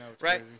Right